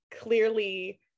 clearly